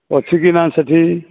ଅଛିିକିନା ସେଠି